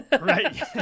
Right